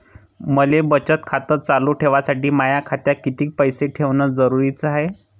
मले बचत खातं चालू ठेवासाठी माया खात्यात कितीक पैसे ठेवण जरुरीच हाय?